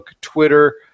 twitter